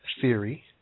theory